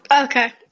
Okay